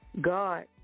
God